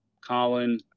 Colin